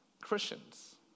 Christians